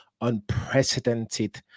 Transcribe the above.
unprecedented